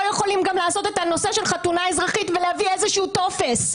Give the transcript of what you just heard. יכולים להינשא בחתונה אזרחית ולהביא איזשהו טופס?